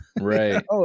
right